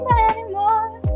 anymore